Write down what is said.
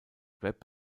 web